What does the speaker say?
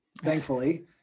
Thankfully